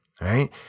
right